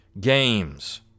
games